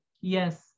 yes